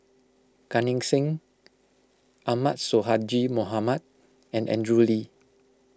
Gan Eng Seng Ahmad Sonhadji Mohamad and Andrew Lee